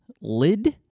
Lid